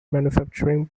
manufacturing